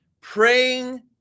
praying